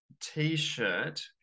T-shirt